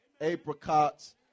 apricots